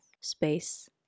space